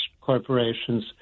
corporations